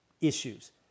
issues